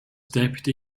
deputy